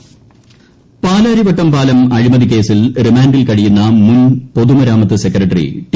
പാലാരിവട്ടം പാലാരിവട്ടം പാലം അഴിമതി കേസിൽ ് റിമ്മാൻഡിൽ കഴിയുന്ന മുൻ പൊതുമരാമത്ത് സെക്രട്ടറി ടി